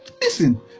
Listen